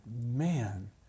Man